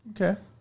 Okay